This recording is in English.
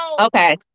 Okay